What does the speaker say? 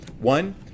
One